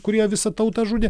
kurie visą tautą žudė